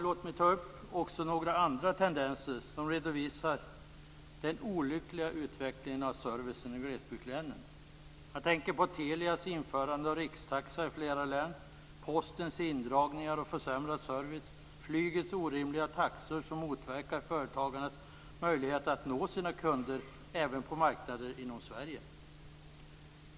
Låt mig ta upp också några andra tendenser som redovisar den olyckliga utvecklingen av servicen i glesbygdslänen. Jag tänker på Telias införande av rikstaxa i flera län, Postens indragningar och försämrade service samt flygets orimliga taxor, som motverkar företagarnas möjligheter att nå sina kunder, även på marknader inom Sverige.